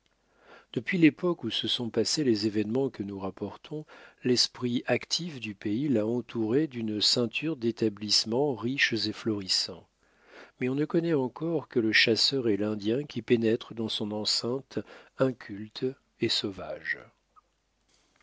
depuis l'époque où se sont passés les événements que nous rapportons l'esprit actif du pays l'a entouré d'une ceinture d'établissements riches et florissants mais on ne connaît encore que le chasseur et l'indien qui pénètrent dans son enceinte inculte et sauvage